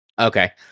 Okay